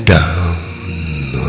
Down